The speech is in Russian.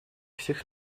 всех